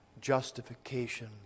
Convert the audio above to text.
justification